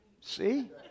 See